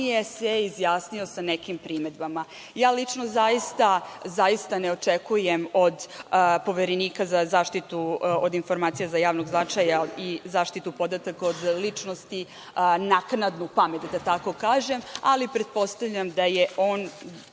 kasnije se izjasnio sa nekim primedbama. Lično, zaista ne očekujem od Poverenika za zaštitu od informacija od javnog značaja i zaštitu podataka od ličnosti naknadnu pamet, da tako kažem, ali pretpostavljam da on